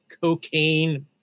Cocaine